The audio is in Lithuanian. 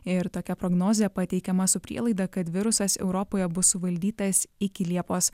ir tokia prognozė pateikiama su prielaida kad virusas europoje bus suvaldytas iki liepos